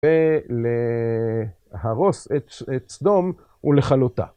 ולהרוס את סדום ולכלותה.